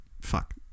Fuck